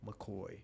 mccoy